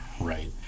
right